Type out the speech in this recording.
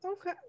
Okay